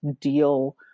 deal